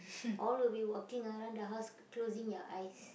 all of you walking around the house closing your eyes